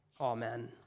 amen